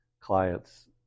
clients